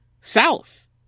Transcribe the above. south